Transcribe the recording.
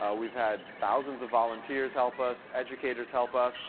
ah we've had thousands of volunteers help us, educators help us.